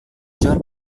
john